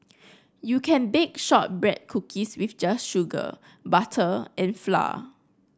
you can bake shortbread cookies with just sugar butter and flour